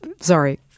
sorry